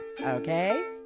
Okay